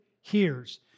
hears